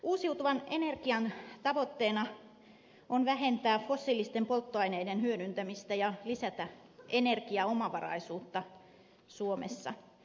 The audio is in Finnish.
uusiutuvan energian tavoitteena on vähentää fossiilisten polttoaineiden hyödyntämistä ja lisätä energiaomavaraisuutta suomessa